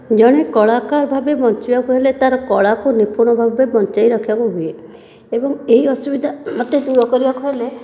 ଜଣେ କଳାକାର ଭାବେ ବଞ୍ଚିବାକୁ ହେଲେ ତାର କଳାକୁ ନିପୁଣ ଭାବେ ବଞ୍ଚାଇ ରଖିବାକୁ ହୁଏ ଏବଂ ଏହି ଅସୁବିଧା ମୋତେ ଦୂର କରିବାକୁ ହେଲେ